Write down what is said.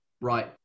right